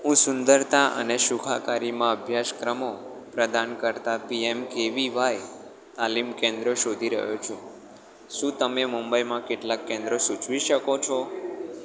હું સુંદરતા અને સુખાકારીમાં અભ્યાસક્રમો પ્રદાન કરતા પીએમ કેવીવાય તાલીમ કેન્દ્રો શોધી રહ્યો છું શું તમે મુંબઈમાં કેટલાક કેન્દ્રો સૂચવી શકો છો